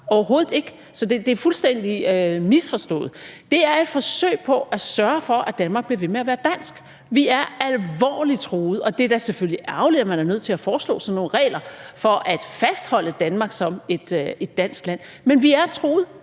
overhovedet ikke. Så det er fuldstændig misforstået. Det er et forsøg på at sørge for, at Danmark bliver ved med at være dansk. Vi er alvorligt truet. Og det er da selvfølgelig ærgerligt, at man er nødt til at foreslå sådan nogle regler for at fastholde Danmark som et dansk land. Men vi er truet.